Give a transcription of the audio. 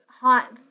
hot